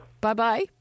Bye-bye